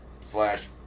slash